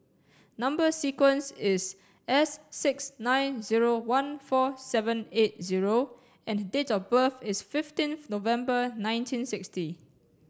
number sequence is S six nine zero one four seven eight zero and date of birth is fifteenth November nineteen sixty